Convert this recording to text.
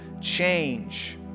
change